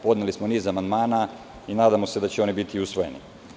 Podneli smo niz amandmana i nadamo se da će oni biti usvojeni.